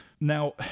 Now